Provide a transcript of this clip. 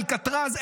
אלקטרז,